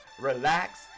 relax